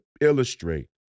illustrate